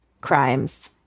crimes